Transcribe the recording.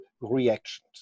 reactions